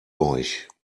euch